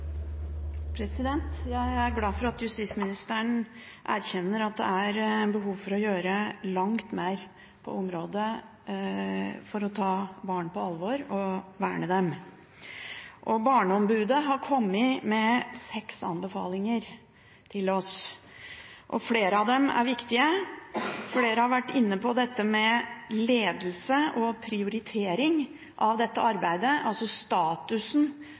Jeg er glad for at justisministeren erkjenner at det er behov for å gjøre langt mer på området for å ta barn på alvor og verne dem. Barneombudet har kommet med seks anbefalinger til oss, og flere av dem er viktige. Flere har vært inne på dette med ledelse og prioritering av dette arbeidet, altså at statusen